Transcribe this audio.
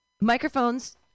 microphones